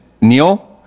Neil